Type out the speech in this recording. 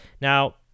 Now